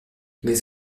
les